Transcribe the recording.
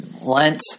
Lent